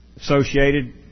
associated